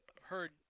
heard